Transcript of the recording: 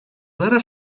weather